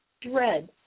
dread